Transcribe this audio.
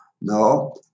No